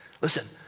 listen